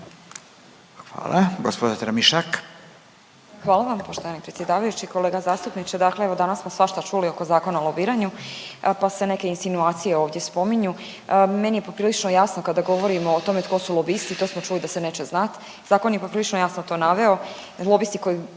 Hvala. Gđa Tramišak.